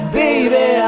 baby